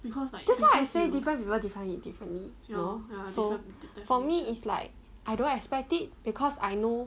that's why I say different people define it differently you know so for me is like I don't expect it because I know